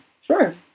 Sure